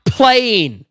playing